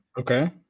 okay